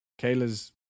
Kayla's